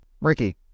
Ricky